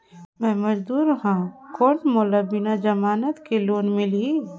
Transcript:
मे मजदूर हवं कौन मोला बिना जमानत के लोन मिलही?